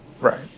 Right